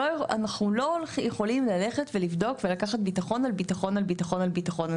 יכולים לקחתם ביטחון על ביטחון על ביטחון.